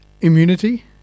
immunity